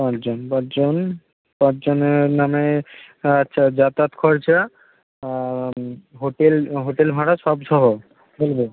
পাঁচজন পাঁচজন পাঁচজনের নামে আচ্ছা যাতায়াত খরচা আর হোটেল হোটেল ভাড়া সব সহ বলব